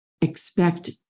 expect